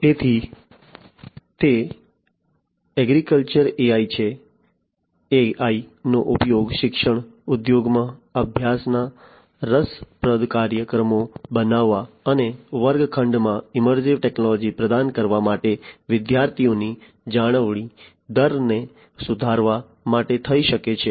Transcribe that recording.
તેથી તે એગ્રીકલ્ચરમાં AI છે AIનો ઉપયોગ શિક્ષણ ઉદ્યોગમાં અભ્યાસના રસપ્રદ કાર્યક્રમો બનાવવા અને વર્ગખંડમાં ઇમર્સિવ ટેક્નોલોજી પ્રદાન કરવા માટે વિદ્યાર્થીઓની જાળવણી દરને સુધારવા માટે થઈ શકે છે